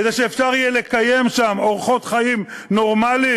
כדי שאפשר יהיה לקיים שם אורחות חיים נורמליים,